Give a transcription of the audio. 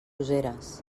useres